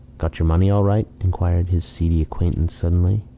got your money all right? inquired his seedy acquaintance suddenly.